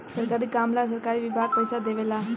सरकारी काम ला सरकारी विभाग पइसा देवे ला